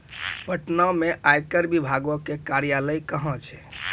पटना मे आयकर विभागो के कार्यालय कहां छै?